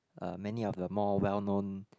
a many of the more well known